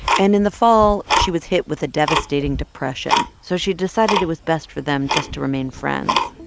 and in the fall, she was hit with a devastating depression. so she decided it was best for them just to remain friends.